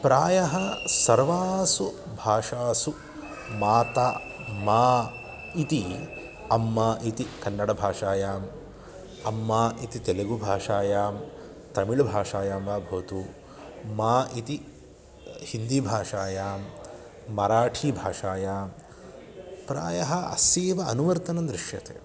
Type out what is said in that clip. प्रायः सर्वासु भाषासु माता मा इति अम्मा इति कन्नडभाषायाम् अम्मा इति तेलुगुभाषायां तमिळुभाषायां वा भवतु मा इति हिन्दीभाषायां मराठीभाषायां प्रायः अस्यैव अनुवर्तनं दृश्यते